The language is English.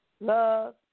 love